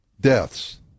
deaths